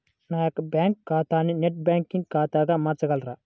నా యొక్క బ్యాంకు ఖాతాని నెట్ బ్యాంకింగ్ ఖాతాగా మార్చగలరా?